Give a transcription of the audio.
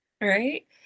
Right